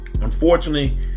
Unfortunately